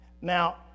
Now